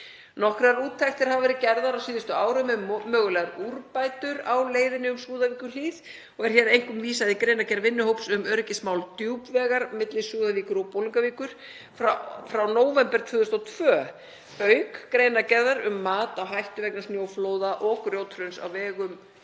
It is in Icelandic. Nokkrar úttektir hafa verið gerðar á síðustu árum um mögulegar úrbætur á leiðinni um Súðavíkurhlíð. Hér er einkum vísað í greinargerð vinnuhóps um öryggismál Djúpvegar milli Súðavíkur og Bolungarvíkur frá nóvember 2002 auk greinargerðar um mat á hættu vegna snjóflóða og grjóthruns á vegum